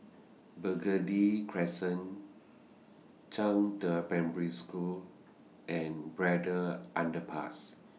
Burgundy Crescent Zhangde Primary School and Braddell Underpass